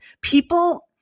people